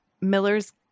miller's